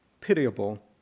pitiable